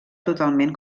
totalment